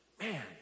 Man